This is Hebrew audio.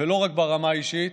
ולא רק ברמה האישית.